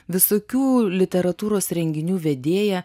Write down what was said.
visokių literatūros renginių vedėja